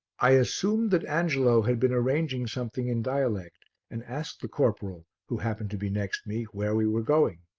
i assumed that angelo had been arranging something in dialect and asked the corporal, who happened to be next me, where we were going.